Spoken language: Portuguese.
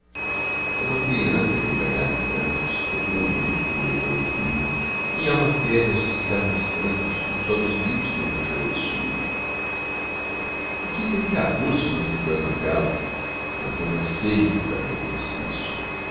como a criança que banhada em prantos procura o brinco que levou-lhe o rio minhalma quer ressuscitar nos cantos um só dos lírios que murchou o estio dizem que há gozos nas mundanas galas mas eu não sei em que o prazer consiste